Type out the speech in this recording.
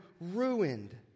ruined